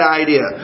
idea